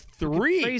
three